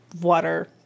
water